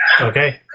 Okay